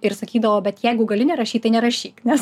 ir sakydavo bet jeigu gali nerašyt nerašyk nes